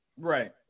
Right